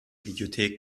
videothek